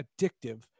addictive